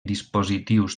dispositius